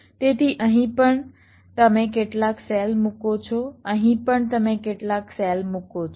તેથી અહીં પણ તમે કેટલાક સેલ મૂકો છો અહીં પણ તમે કેટલાક સેલ મૂકો છો